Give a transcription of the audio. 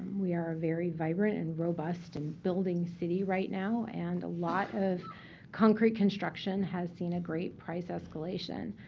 we are a very vibrant and robust in building city right now, and a lot of concrete construction has seen a great price escalation.